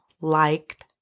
liked